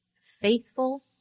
faithful